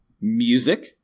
Music